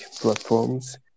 platforms